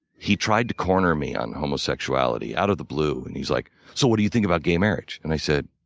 he tried to corner me on homosexuality homosexuality out of the blue. and he's like, so what do you think about gay marriage? and i said,